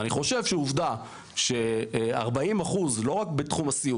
ואני חושב שעובדה ש-40% לא רק בתחום הסיעוד,